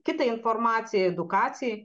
kitai informacijai edukacijai